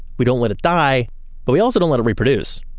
we don't let it die but we also don't let it reproduce.